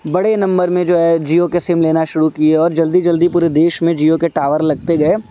بڑے نمبر میں جو ہے جیو کے سم لینا شروع کیے اور جلدی جلدی پورے دیش میں جیو کے ٹاور لگتے گئے